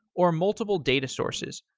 or multiple data sources.